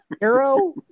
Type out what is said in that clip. Arrow